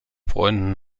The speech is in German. freunden